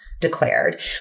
Declared